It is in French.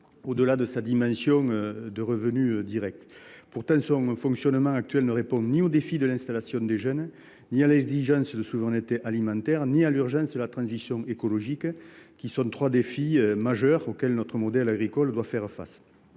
au delà de sa dimension de revenu direct. Pourtant, son fonctionnement actuel ne répond ni au défi de l’installation des jeunes, ni à l’exigence de souveraineté alimentaire, ni à l’urgence de la transition écologique, qui sont trois défis majeurs auxquels notre modèle agricole est confronté.